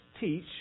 teach